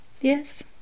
yes